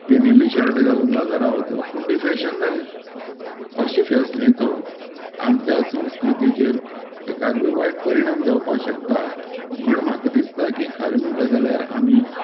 पिनिल्ली shirt घालून बाजारांत वचप पूण ती फॅशन जाल्या अशे फॅशनेचो आमच्या संस्कृतीचेर एकादेर वायट परिणाम जावपाक शकता म्हूण म्हाका दिसता की खरें म्हणटात जाल्यार आमी